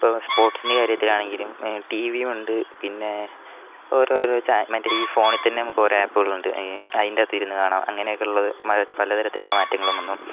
ഇപ്പോൾ സ്പോർട്സ്ന്റെ കാര്യത്തിൽ ആണെങ്കിലും ടീവിയുണ്ട് പിന്നെ ഓരോ ഓരോ ചാനൽ മറ്റേ ഈ ഫോണിൽ തന്നെ നമുക്ക് കുറെ ആപ്പുകളുണ്ട് അതിന്റകത്തിരുന്ന് കാണാം അങ്ങനെയുള്ള പല തരത്തിലുള്ള മാറ്റങ്ങളും വന്നു